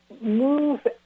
move